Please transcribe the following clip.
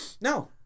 No